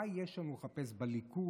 מה יש לנו לחפש בליכוד,